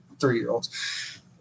three-year-olds